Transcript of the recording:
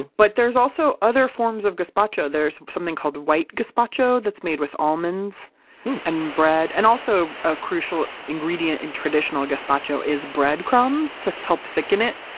but there's also other forms of gazpacho. there's something called white gazpacho that's made with almonds and bread and also a crucial ingredient in traditional good gazpacho is breadcrumbs to help thicken it.